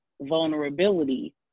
vulnerability